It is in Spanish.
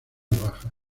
bajas